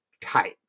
type